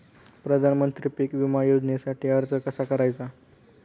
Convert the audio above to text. प्रधानमंत्री पीक विमा योजनेसाठी अर्ज कसा करायचा?